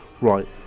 Right